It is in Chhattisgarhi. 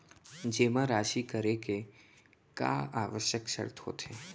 जेमा राशि करे के का आवश्यक शर्त होथे?